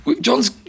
John's